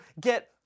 get